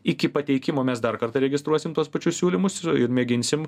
iki pateikimo mes dar kartą registruosim tuos pačius siūlymus ir ir mėginsim